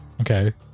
Okay